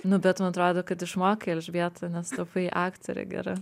nu bet man atrodo kad išmokai elžbieta nes tapai aktore gera